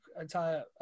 entire